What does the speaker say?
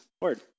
Word